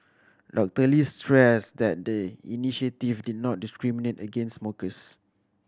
Doctor Lee stressed that the initiative did not discriminate against smokers